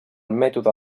mètode